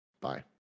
Bye